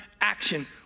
action